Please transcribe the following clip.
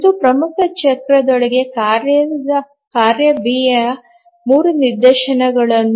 ಒಂದು ಪ್ರಮುಖ ಚಕ್ರದೊಳಗೆ ಕಾರ್ಯ B ಯ 3 ನಿದರ್ಶನಗಳು